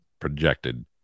projected